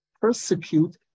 persecute